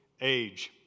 age